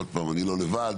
עוד פעם אני לא לבד,